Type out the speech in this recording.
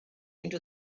into